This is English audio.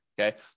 okay